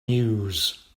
news